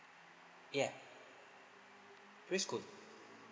ya pre school